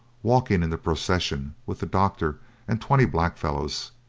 walking in the procession with the doctor and twenty blackfellows.